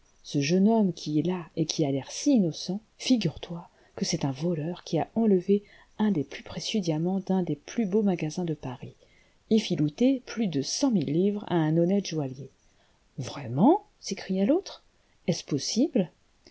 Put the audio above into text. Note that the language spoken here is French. ce jeune homme qui est là et qui a l'air si innocent figure-toi que c'est un voleur qui a enlevé un des plus précieux diamants d'un des plus beaux magasins de paris et filouté plus de cent mille livres à un honnête joaillier vraiment s'écria l'autre est-il possible